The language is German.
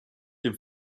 dem